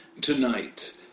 tonight